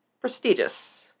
prestigious